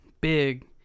big